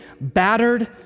battered